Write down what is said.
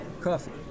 Coffee